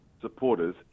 supporters